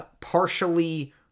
partially